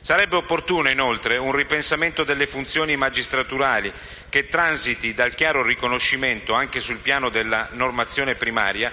Sarebbe opportuno, inoltre, un ripensamento delle funzioni magistraturali che transiti dal chiaro riconoscimento, anche sul piano della normazione primaria,